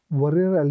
Warrior